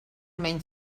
menys